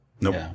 Nope